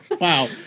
Wow